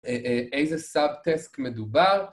איזה סאבטסק מדובר